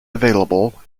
available